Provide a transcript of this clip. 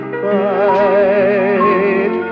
fight